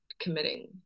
committing